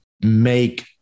make